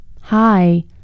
Hi